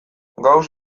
gauss